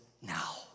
now